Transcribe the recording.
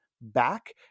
back